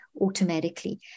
automatically